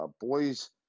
boys